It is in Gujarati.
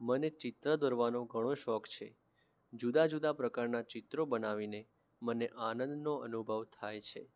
મને ચિત્ર દોરવાનો ઘણો શોખ છે જુદા જુદા પ્રકારનાં ચિત્રો બનાવીને મને આનંદનો અનુભવ થાય છે